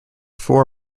four